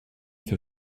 für